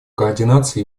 координация